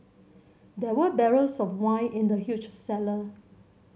there were barrels of wine in the huge cellar